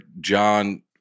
John